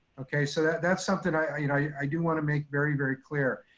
okay? so that's something i you know i do wanna make very, very clear.